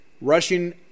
Rushing